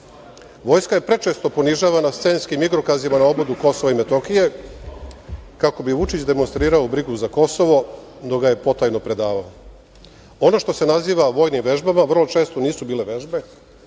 je prečesto ponižavana scenskim igrokazima na obodu Kosova i Metohije, kako bi Vučić demonstrirao brigu za Kosovo, dok ga je potajno predavao. Ono što se naziva vojnim vežbama vrlo često nisu bile vežbe,